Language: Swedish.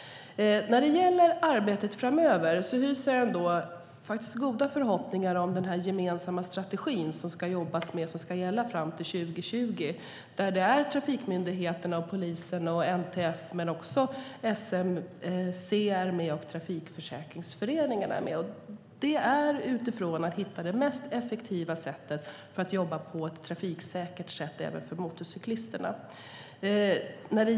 När det gäller arbetet framöver hyser jag faktiskt goda förhoppningar om den här gemensamma strategin som det ska jobbas med, som ska gälla fram till 2020. Trafikmyndigheterna, polisen, NTF, SMC och Trafikförsäkringsföreningen är med. Det handlar om att hitta det mest effektiva sättet att jobba trafiksäkert även för motorcyklisterna.